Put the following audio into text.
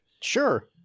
Sure